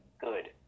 good